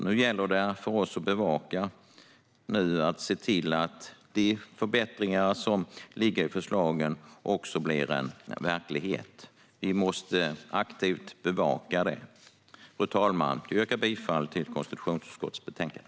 Nu gäller det för oss att bevaka detta och se till att de förbättringar som ligger i förslagen också blir verklighet. Vi måste aktivt bevaka detta. Fru talman! Jag yrkar bifall till förslaget i konstitutionsutskottet betänkande.